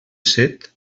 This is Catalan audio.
set